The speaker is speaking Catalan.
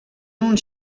uns